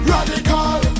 Radical